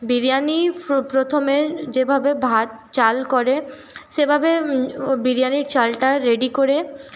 বিরিয়ানি প্রথমে যেভাবে ভাত চাল করে সেভাবে বিরিয়ানির চালটা রেডি করে